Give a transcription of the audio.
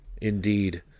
indeed